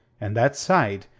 and that sight,